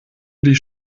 die